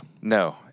No